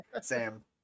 Sam